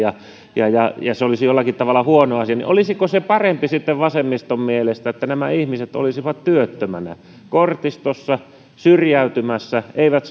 ja ja se olisi jollakin tavalla huono asia olisiko se sitten parempi vasemmiston mielestä että nämä ihmiset olisivat työttöminä kortistossa syrjäytymässä eivät